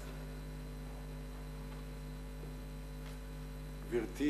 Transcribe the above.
גברתי